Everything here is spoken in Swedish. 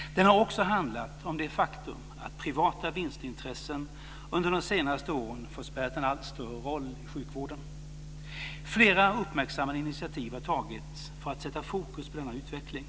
Den har också handlat om det faktum att privata vinstintressen under de senaste åren fått spela en allt större roll i sjukvården. Flera uppmärksammade initiativ har tagits för att sätta fokus på denna utveckling.